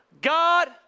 God